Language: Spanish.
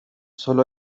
solo